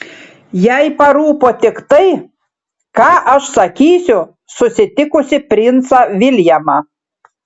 jai parūpo tik tai ką aš sakysiu susitikusi princą viljamą